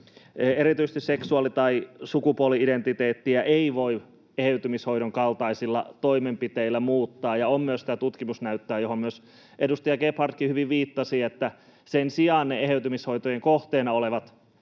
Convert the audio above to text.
erityisesti seksuaali- tai sukupuoli-identiteettiä ei voi eheytymishoidon kaltaisilla toimenpiteillä muuttaa. On myös tutkimusnäyttöä, johon myös edustaja Gebhardkin hyvin viittasi, että sen sijaan ne eheytymishoitojen kohteena olevat